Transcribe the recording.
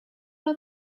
are